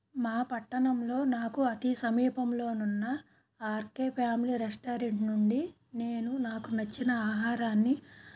మా పట్టణంలో నాకు అతి సమీపంలోనున్న ఆర్కే ఫ్యామిలీ రెస్టారెంట్ నుండి నేను నాకు నచ్చిన ఆహారాన్ని